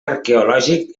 arqueològic